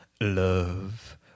love